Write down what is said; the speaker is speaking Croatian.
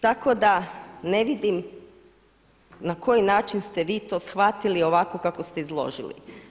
Tako da ne vidim na koji način ste vi to shvatili ovako kako ste izložili.